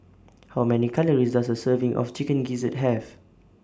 How Many Calories Does A Serving of Chicken Gizzard Have